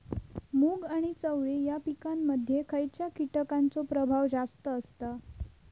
मूग आणि चवळी या पिकांमध्ये खैयच्या कीटकांचो प्रभाव जास्त असता?